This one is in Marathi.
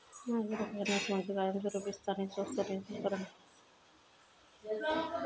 मायक्रो फायनान्स म्हणजे कायमस्वरूपी स्थानिक संस्था निर्माण करणा